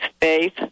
faith